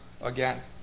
again